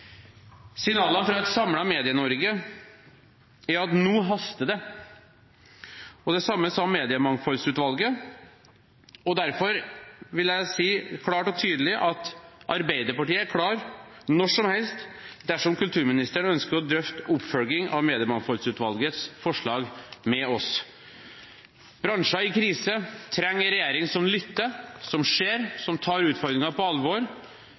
Signalene fra et samlet Medie-Norge er at nå haster det. Det samme sa Mediemangfoldsutvalget. Derfor vil jeg si klart og tydelig at Arbeiderpartiet er klar når som helst dersom kulturministeren ønsker å drøfte oppfølging av Mediemangfoldsutvalgets forslag med oss. Bransjer i krise trenger en regjering som lytter, som ser, og som tar utfordringene på alvor.